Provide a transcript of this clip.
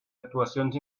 actuacions